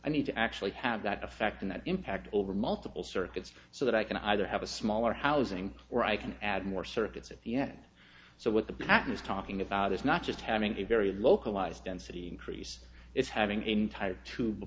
i need to actually have that effect and impact over multiple circuits so that i can either have a smaller housing or i can add more circuits at the end so what the pattern is talking about is not just having a very localized density increase it's having entire t